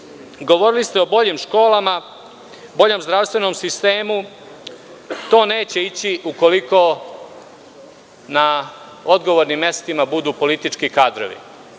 ste o boljim školama, boljem zdravstvenom sistemu. To neće ići ukoliko na odgovornim mestima budu politički kadrovi